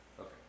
Okay